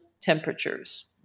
temperatures